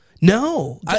No